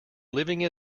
living